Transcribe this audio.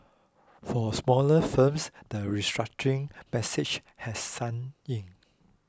for smaller firms the restructuring message has sunk in